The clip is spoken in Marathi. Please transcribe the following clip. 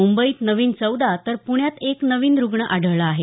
मुंबईत नवीन चौदा तर पुण्यात एक नवीन रुग्णा आढळला आहे